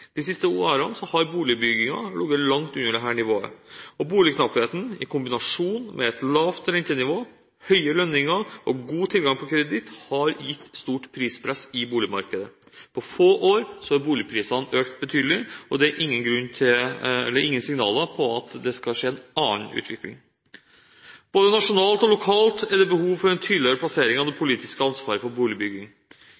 De siste årene har boligbyggingen ligget langt under dette nivået. Boligknappheten, i kombinasjon med et lavt rentenivå, høye lønninger og god tilgang på kreditt, har gitt stort prispress i boligmarkedet. På få år har boligprisene økt betydelig, og det er ingen signaler om at det skal skje en annen utvikling. Både nasjonalt og lokalt er det behov for en tydeligere plassering av det